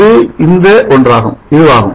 இது இந்த ஒன்றாகும்